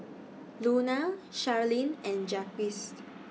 Lona Sherilyn and Jaquez